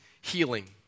healing